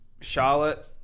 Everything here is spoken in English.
Charlotte